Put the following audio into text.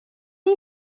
این